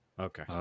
okay